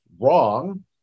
wrong